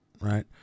right